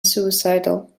suicidal